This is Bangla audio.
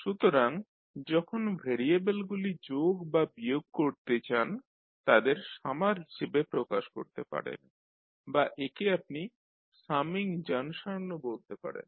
সুতরাং যখন ভেরিয়েবলগুলি যোগ বা বিয়োগ করতে চান তাদের সামার হিসাবে প্রকাশ করতে পারেন বা একে আপনি সামিং জংশন ও বলতে পারেন